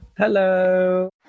hello